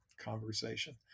conversation